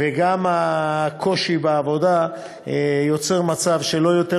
וגם הקושי בעבודה יוצרים מצב שלא יותר